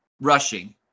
rushing